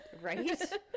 right